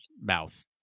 mouth